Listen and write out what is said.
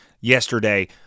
yesterday